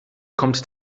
kommt